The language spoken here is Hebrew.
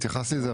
התייחסתי לזה,